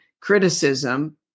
criticism